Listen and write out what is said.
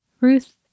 Ruth